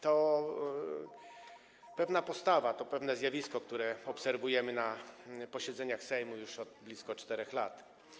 To jest pewna postawa, jest to pewne zjawisko, które obserwujemy na posiedzeniach Sejmu już od blisko 4 lat.